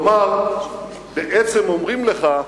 כלומר, בעצם אומרים לך: